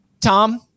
Tom